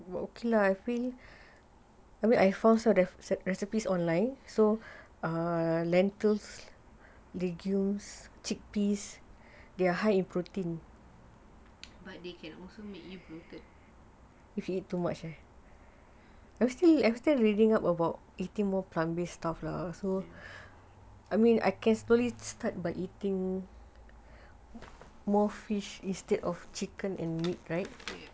but they can also make you broken